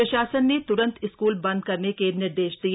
प्रशासन ने त्रंत स्कूल बंद करने के निर्देश दिए